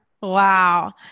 Wow